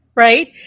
Right